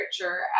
literature